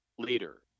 leader